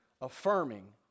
affirming